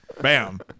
bam